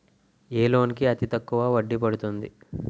ఏ loan కి అతి తక్కువ వడ్డీ పడుతుంది?